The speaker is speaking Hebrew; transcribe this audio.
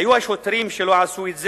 היו השוטרים שלא עשו את זה,